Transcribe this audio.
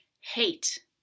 Hate